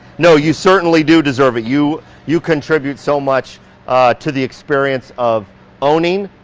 no, you certainly do deserve it. you you contribute so much to the experience of owning,